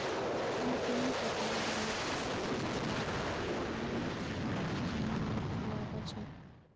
मोक नी पता राइर पौधा लाक केन न जमीनत लगा छेक